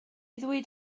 ddweud